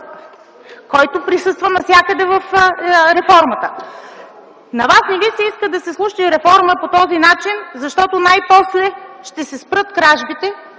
който присъства навсякъде в реформата. На вас не ви се иска да се случи реформа по този начин, защото най-после ще се спрат кражбите